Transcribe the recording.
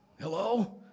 hello